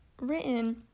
written